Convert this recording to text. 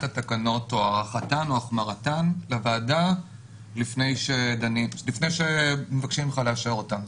התקנות - או הארכתן או החמרתן - לוועדה לפני שמבקשים ממך לאשר אותן.